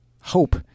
hope